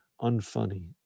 unfunny